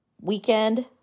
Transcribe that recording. Weekend